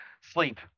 Sleep